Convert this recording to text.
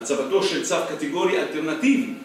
הצבתו של צו קטגורי אלטרנטיבי